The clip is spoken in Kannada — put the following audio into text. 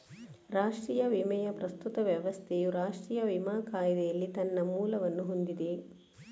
ರಾಷ್ಟ್ರೀಯ ವಿಮೆಯ ಪ್ರಸ್ತುತ ವ್ಯವಸ್ಥೆಯು ರಾಷ್ಟ್ರೀಯ ವಿಮಾ ಕಾಯಿದೆಯಲ್ಲಿ ತನ್ನ ಮೂಲವನ್ನು ಹೊಂದಿದೆ